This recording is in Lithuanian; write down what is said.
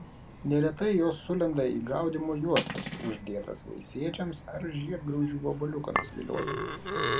neretai jos sulenda į gaudymo juostas uždėtas vaisėdžiams ar žiedgraužių vabaliukams vilioti